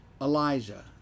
Elijah